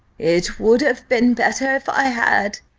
it would have been better if i had,